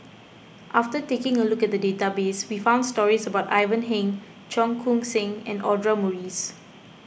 after taking a look at the database we found stories about Ivan Heng Cheong Koon Seng and Audra Morrice